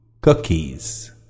Cookies